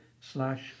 slash